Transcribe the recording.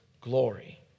glory